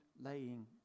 laying